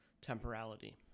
temporality